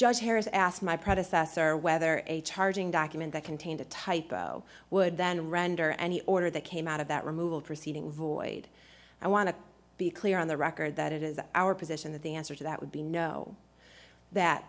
judge harris asked my predecessor whether a charging document that contained a typo would then render any order that came out of that removal proceedings void i want to be clear on the record that it is our position that the answer to that would be no that